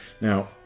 Now